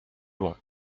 loin